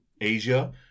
Asia